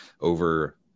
over